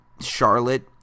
Charlotte